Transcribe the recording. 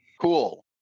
Cool